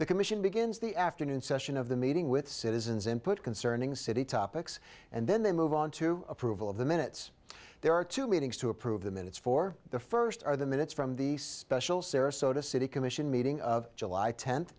the commission begins the afternoon session of the meeting with citizens input concerning city topics and then they move on to approval of the minutes there are two meetings to approve the minutes for the first are the minutes from the special sarasota city commission meeting of july tenth